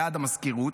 ליד המזכירות.